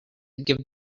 give